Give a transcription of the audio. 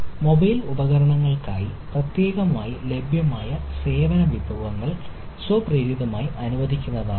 mobile ഉപകരണങ്ങൾക്കായി പ്രത്യേകമായി ലഭ്യമായ സേവന വിഭവങ്ങൾ സ്വപ്രേരിതമായി അനുവദിക്കുന്നതിന് ആണിത്